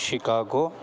Chicago